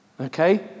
Okay